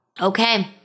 Okay